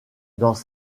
dans